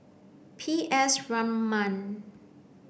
P S Raman